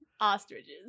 Ostriches